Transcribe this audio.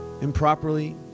improperly